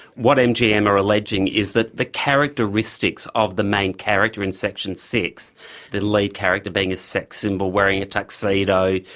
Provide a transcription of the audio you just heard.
what mgm are alleging is that the characteristics of the main character in section six the lead character being a sex symbol, wearing a tuxedo,